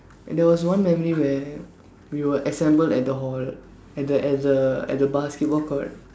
there was one memory where we will assemble at the hall at the at the at the basketball court